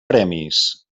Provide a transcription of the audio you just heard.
premis